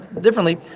differently